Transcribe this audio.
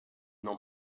n’en